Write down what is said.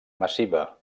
massiva